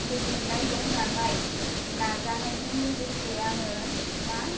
गोजोननाय दं नालाय नाजानायजों लोगोसे आङो मा